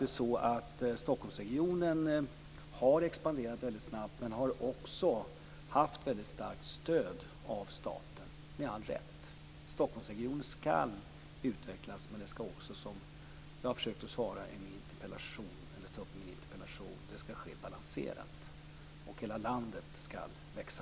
Stockholmsregionen har expanderat väldigt snabbt, men man har också haft ett väldigt starkt stöd av staten, och detta med all rätt. Stockholmsregionen skall utvecklas, men det skall ske balanserat, som jag har tagit upp i mitt interpellationssvar. Hela landet skall växa.